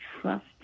Trust